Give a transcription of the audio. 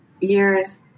years